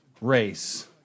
race